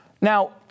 Now